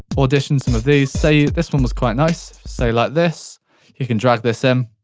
audition some of these, save. this one was quite nice. so, like this you can drag this in,